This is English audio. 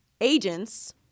agents